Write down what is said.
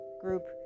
group